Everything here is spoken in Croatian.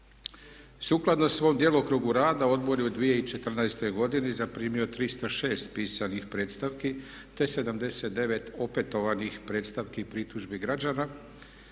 Sukladno svom djelokrugu rada Odbor je u 2014. godini zaprimio 306 pisanih predstavki te 79 opetovanih predstavki i pritužbi građana